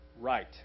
Right